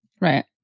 Right